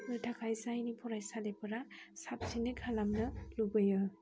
थाखाय जाय फरायसालिफोरा साबसिनै खालामनो लुबैयो